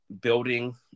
building